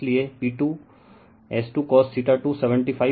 इसलिए P2 S2 cos2 75 08 के बराबर है यह 60KW था